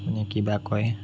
আপুনি কি বা কয়